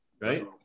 right